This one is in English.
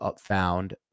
found